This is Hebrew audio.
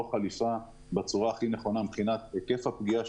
חליפה בצורה הנכונה ביותר מבחינת היקף הפגיעה